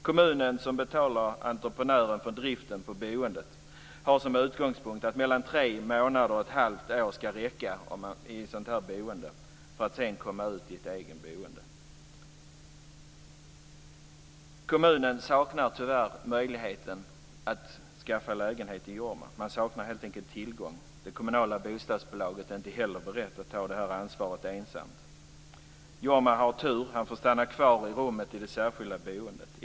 Kommunen, som betalar entreprenören för driften av boendet, har som utgångspunkt att mellan tre månader och ett halvt år i detta boende ska räcka för att sedan komma ut i eget boende. Kommunen saknar tyvärr möjlighet att skaffa lägenhet till Jorma. Man saknar helt enkelt tillgång. Det kommunala bostadsbolaget är inte heller berett att ta detta ansvar ensamt. Jorma har tur - han får stanna kvar i rummet i det särskilda boendet.